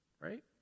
right